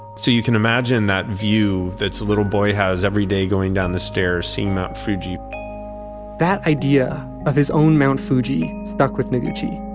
so you can imagine that view, that the little boy has everyday going down the stairs seeing mt. fuji that idea of his own mt. fuji stuck with noguchi.